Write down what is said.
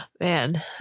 Man